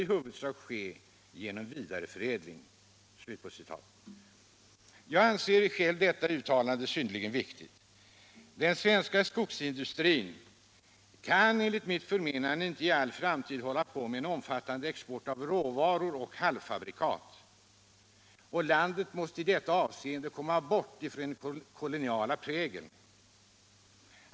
i huvudsak ske genom ökad vidareförädling.” Jag anser detta uttalande vara synnerligen viktigt. Den svenska skogsindustrin kan enligt mitt förmenande inte i all framtid hålla på med en omfattande export av råvaror och halvfabrikat. Landet måste i detta avseende komma bort från den koloniala prägeln.